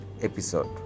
episode